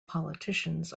politicians